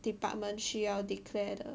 department 需要 declare 的